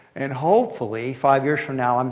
and hopefully, five years from now, um